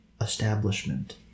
establishment